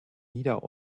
nieder